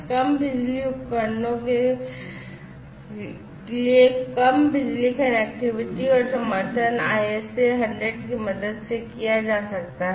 कम बिजली उपकरणों के लिए कम बिजली कनेक्टिविटी और समर्थन ISA 100 की मदद से किया जा सकता है